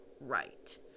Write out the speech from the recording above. right